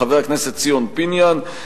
חבר הכנסת ציון פיניאן,